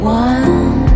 one